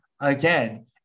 again